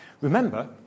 Remember